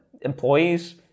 employees